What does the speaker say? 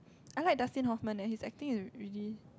I like Dustin-Hoffman leh his acting is really